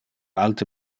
alte